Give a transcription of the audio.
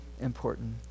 important